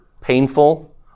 painful